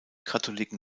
katholiken